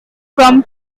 from